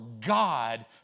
God